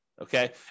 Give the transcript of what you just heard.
Okay